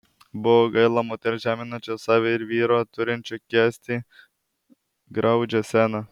buvo gaila moters žeminančios save ir vyro turinčio kęsti graudžią sceną